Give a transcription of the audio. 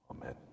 Amen